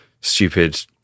stupid